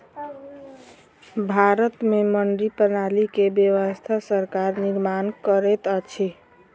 भारत में मंडी प्रणाली के व्यवस्था सरकार निर्माण करैत अछि